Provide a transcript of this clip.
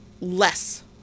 less